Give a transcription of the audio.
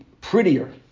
prettier